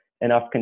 enough